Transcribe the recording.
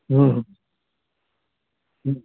ہاں